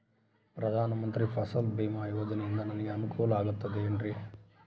ಪ್ರಧಾನ ಮಂತ್ರಿ ಫಸಲ್ ಭೇಮಾ ಯೋಜನೆಯಿಂದ ನನಗೆ ಅನುಕೂಲ ಆಗುತ್ತದೆ ಎನ್ರಿ?